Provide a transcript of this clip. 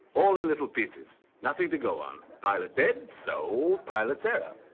all in little pieces. nothing to go on. pilot dead, so. pilot's error.